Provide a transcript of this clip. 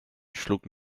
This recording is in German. schlug